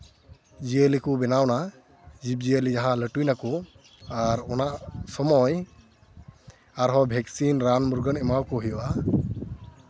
ᱡᱤᱭᱟᱹᱞᱤ ᱠᱚ ᱵᱮᱱᱟᱣᱮᱱᱟ ᱡᱤᱵᱽᱼᱡᱤᱭᱟᱹᱞᱤ ᱡᱟᱦᱟᱸ ᱞᱟᱹᱴᱩᱭ ᱱᱟᱠᱚ ᱟᱨ ᱚᱱᱟ ᱥᱚᱢᱚᱭ ᱟᱨᱦᱚᱸ ᱵᱷᱮᱠᱥᱤᱱ ᱨᱟᱱ ᱢᱩᱨᱜᱟᱹᱱ ᱮᱢᱟᱠᱚ ᱦᱩᱭᱩᱜᱼᱟ